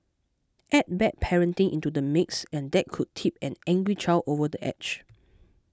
add bad parenting into the mix and that could tip an angry child over the edge